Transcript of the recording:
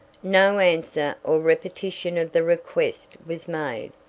no answer or repetition of the request was made,